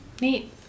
Neat